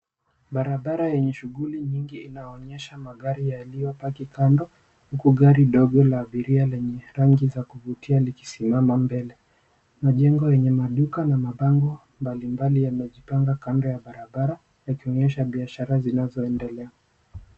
Barabara yenye shughuli nyingi inaonyesha magari yaliyopaki kando huku gari dogo la abiria lenye rangi za kuvutia likisimama mbele. Majengo yenye maduka na mabango mbalimbali yamejipanga kando ya barabara yakionyesha biashara zinazoendelea.